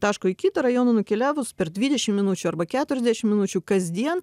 taško į kitą rajoną nukeliavus per dvidešim minučių arba keturiasdešim minučių kasdien